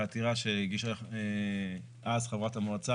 בעתירה שהגישה אז חברת המועצה,